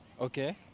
okay